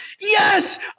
Yes